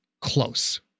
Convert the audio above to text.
close